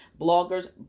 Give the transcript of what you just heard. bloggers